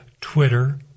Twitter